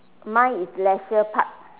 mine is leisure park